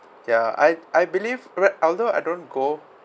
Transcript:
ya I I believe right although I don't go